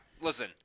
Listen